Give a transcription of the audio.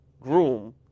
groom